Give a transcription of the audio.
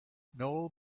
noel